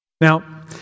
Now